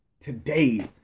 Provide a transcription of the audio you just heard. today